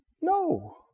No